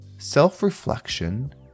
self-reflection